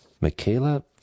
Michaela